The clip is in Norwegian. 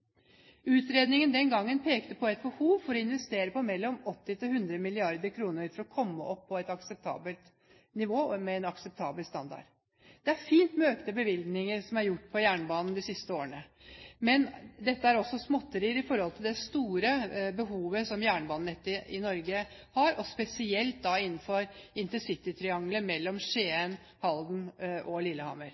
Utredningen den gangen pekte på et behov for investeringer på mellom 80–100 mrd. kr for å komme opp på et akseptabelt nivå og med en akseptabel standard. Det er fint med de økte bevilgningene som er foretatt på jernbanesiden de siste årene, men dette er småtteri i forhold til det store behovet på jernbanenettet i Norge, og spesielt innenfor intercitytriangelet Skien, Halden og til Lillehammer.